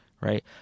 right